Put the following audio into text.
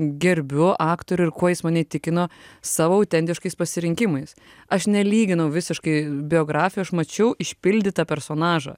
gerbiu aktorių ir kuo jis mane įtikino savo autentiškais pasirinkimais aš nelyginau visiškai biografijų aš mačiau išpildytą personažą